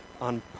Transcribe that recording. on